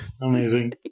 amazing